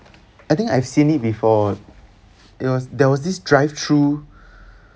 I think I've seen it before there was this drive through